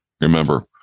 Remember